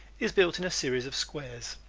is built in a series of squares.